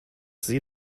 sie